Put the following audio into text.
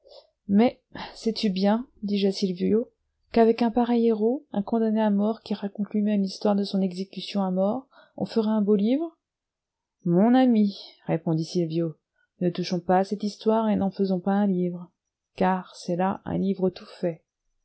mais sais-tu bien dis-je à sylvio qu'avec un pareil héros un condamné à mort qui raconte lui-même l'histoire de son exécution à mort on ferait un beau livre mon ami répondit sylvio ne touchons pas à cette histoire et n'en faisons pas un livre car c'est là un livre tout fait